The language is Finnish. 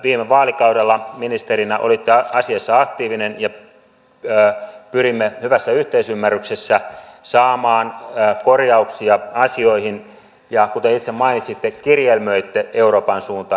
viime vaalikaudella ministerinä olitte asiassa aktiivinen ja pyrimme hyvässä yhteisymmärryksessä saamaan korjauksia asioihin ja kuten itse mainitsitte kirjelmöitte euroopan suuntaan